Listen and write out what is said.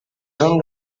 són